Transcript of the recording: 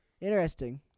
Interesting